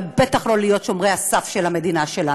ובטח לא להיות שומרי הסף של המדינה שלנו.